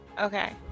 Okay